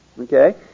Okay